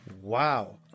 Wow